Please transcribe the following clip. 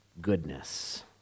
Goodness